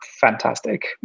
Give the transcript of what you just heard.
fantastic